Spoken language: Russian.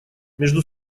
между